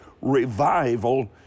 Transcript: revival